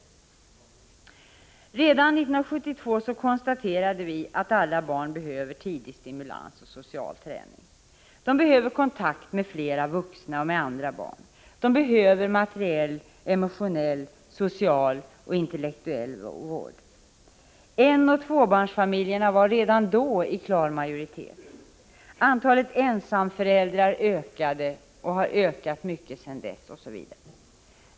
Redan 1972 konstaterade vi att alla barn behöver tidig stimulans och social träning. De behöver kontakt med flera vuxna och andra barn, de behöver materiell, emotionell, social och intellektuell vård. Enoch tvåbarnsfamiljerna var redan då i klar majoritet. Antalet ensamföräldrar har mycket ökat sedan dess, osv.